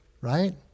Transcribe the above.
right